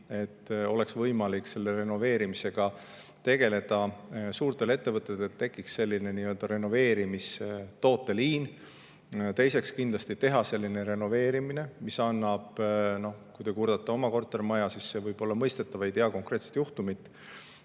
et oleks võimalik renoveerimisega tegeleda, et suurtel ettevõtetel tekiks selline renoveerimisliin. Teiseks, kindlasti teha selline renoveerimine, mis annaks – kui te kurdate oma kortermaja üle, siis see võib olla mõistetav, ma ei tea konkreetset juhtumit